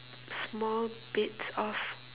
small bits of